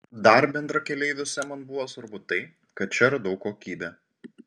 dar bendrakeleiviuose man buvo svarbu tai kad čia radau kokybę